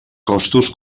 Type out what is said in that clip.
costos